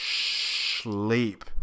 sleep